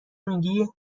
میگی